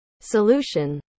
solution